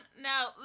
now